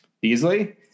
Beasley